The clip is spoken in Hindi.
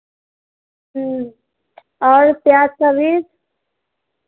और प्याज़ का बीज